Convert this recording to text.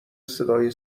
صدای